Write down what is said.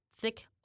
thick